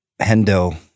Hendo